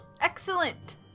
excellent